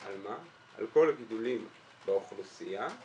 כל הגידולים באוכלוסייה.